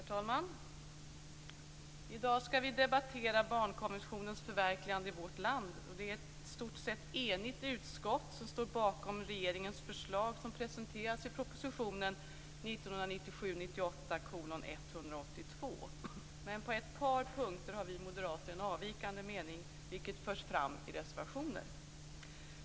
Herr talman! I dag skall vi debattera barnkonventionens förverkligande i vårt land. Det är ett i stort sett enigt utskott som står bakom regeringens förslag som presenterades i proposition 1997/98:182. Men på ett par punkter har vi moderater en avvikande mening, vilket förs fram i reservationer.